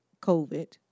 COVID